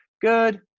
good